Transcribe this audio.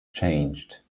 changed